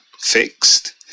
fixed